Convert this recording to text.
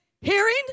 hearing